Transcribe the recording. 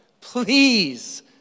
Please